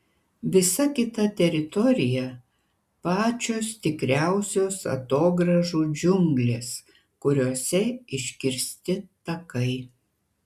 visa kita teritorija pačios tikriausios atogrąžų džiunglės kuriose iškirsti takai